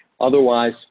otherwise